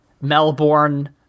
Melbourne